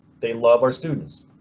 they love our students.